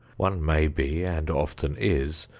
one may be, and often is,